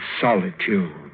solitude